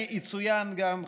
יצוין גם,